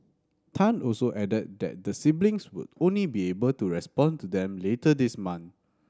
Tan also added that the siblings would only be able to respond to them later this month